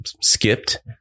skipped